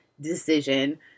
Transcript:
decision